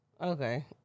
Okay